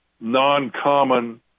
non-common